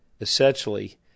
essentially